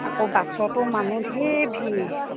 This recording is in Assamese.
আকৌ বাছতো মানুহ ধেৰ ভিৰ